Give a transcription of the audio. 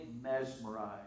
mesmerized